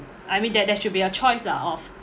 I mean there there should be a choice lah of